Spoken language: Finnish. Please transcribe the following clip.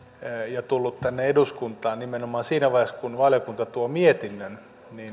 ja tullut tänne eduskuntaan nimenomaan siinä vaiheessa kun valiokunta tuo mietinnön